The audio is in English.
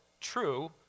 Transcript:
true